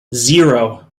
zero